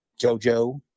Jojo